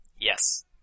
Yes